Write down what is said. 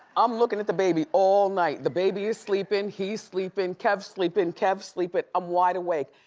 i'm looking at the baby all night, the baby is sleeping, he's sleeping, kev's sleeping, kev's sleeping, i'm wide awake,